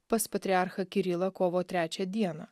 pas patriarchą kirilą kovo trečią dieną